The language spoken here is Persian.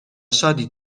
شادی